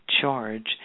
charge